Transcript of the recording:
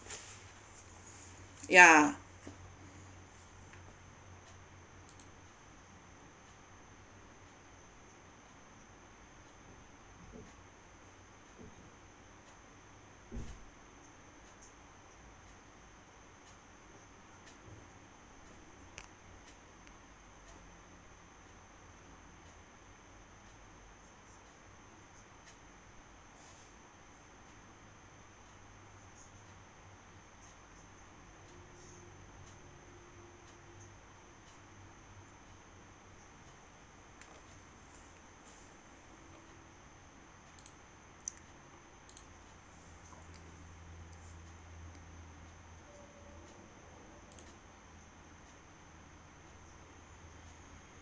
yeah